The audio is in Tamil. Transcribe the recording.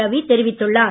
ரவி தெரிவித்துள்ளார்